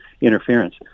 interference